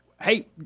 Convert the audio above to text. Hey